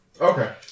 okay